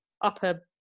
upper